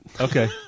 Okay